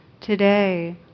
Today